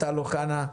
טל אוחנה,